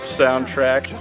soundtrack